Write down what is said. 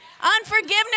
Unforgiveness